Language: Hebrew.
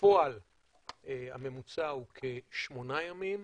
בפועל הממוצע הוא כשמונה ימים.